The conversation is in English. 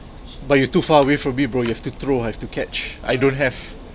but you're too far away from me bro you have to throw I have to catch I don't have